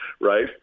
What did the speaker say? right